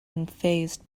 unfazed